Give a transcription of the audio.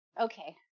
Okay